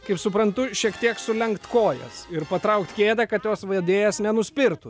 kaip suprantu šiek tiek sulenk kojas ir patraukt kėdę kad jos vedėjas nenuspirtų